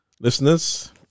Listeners